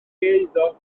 eiddo